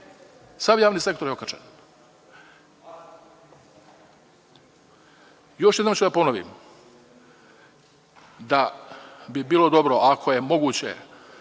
sav javni sektor je okačen. Još jednom ću da ponovim da bi bilo dobro, ako je moguće,